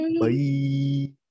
Bye